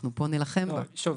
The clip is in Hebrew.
אנחנו פה נילחם --- שוב,